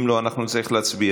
אם לא, אנחנו נצטרך להצביע.